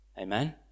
Amen